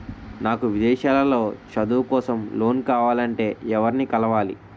నాకు విదేశాలలో చదువు కోసం లోన్ కావాలంటే ఎవరిని కలవాలి?